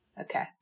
Okay